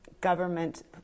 government